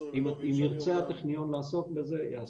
אם ירצה הטכניון לעסוק בזה יעסוק.